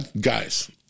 guys